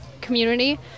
community